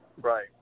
Right